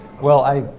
well i,